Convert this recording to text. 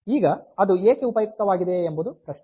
ಈಗ ಅದು ಏಕೆ ಉಪಯುಕ್ತವಾಗಿದೆ ಎಂಬುದು ಪ್ರಶ್ನೆ